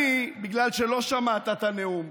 אני, בגלל שלא שמעת את הנאום,